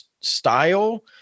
style